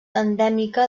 endèmica